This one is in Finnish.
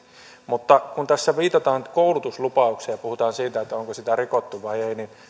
mutta kun tässä viitataan koulutuslupaukseen ja puhutaan siitä onko sitä rikottu vai ei niin